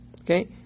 okay